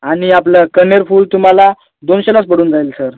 आणि आपलं कण्हेर फूल तुम्हाला दोनशेलाच पडून जाईल सर